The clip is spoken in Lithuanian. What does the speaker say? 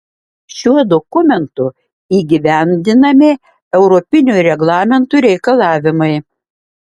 šiuo dokumentu įgyvendinami europinių reglamentų reikalavimai